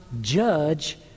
judge